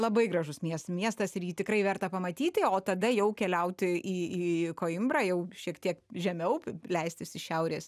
labai gražus mies miestas ir jį tikrai verta pamatyti o tada jau keliauti į į koimbrą jau šiek tiek žemiau leistis iš šiaurės